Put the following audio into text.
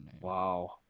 wow